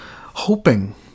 hoping